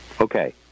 Okay